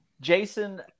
Jason